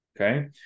okay